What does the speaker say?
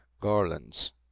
garlands